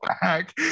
back